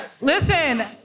listen